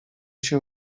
się